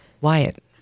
Wyatt